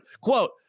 Quote